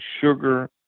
sugar